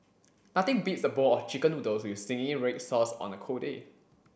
nothing beats a bowl of chicken noodles with zingy red sauce on a cold day